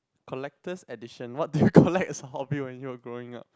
collected addition what do you collect as a hobby when you are growing up